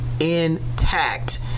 intact